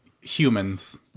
humans